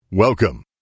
Welcome